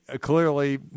clearly